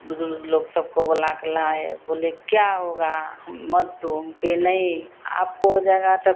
बुज़ुर्ग लोग सबको बुलाकर लाए बोले क्या होगा हम मत दो हम कहे नहीं आपको हो जाएगा तब